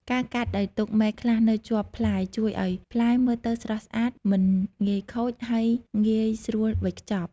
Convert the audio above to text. ការកាត់ដោយទុកមែកខ្លះនៅជាប់ផ្លែ ជួយឱ្យផ្លែមើលទៅស្រស់ស្អាត មិនងាយខូច ហើយងាយស្រួលវេចខ្ចប់។